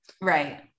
right